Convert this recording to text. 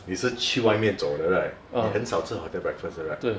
你是去外面走的 right 你很少吃 hotel breakfast 的 right